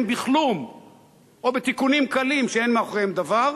בכלום או בתיקונים קלים שאין מאחוריהם דבר,